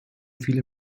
viele